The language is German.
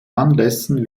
anlässen